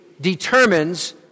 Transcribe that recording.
determines